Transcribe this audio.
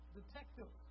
detective